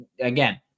Again